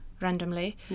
randomly